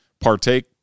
partake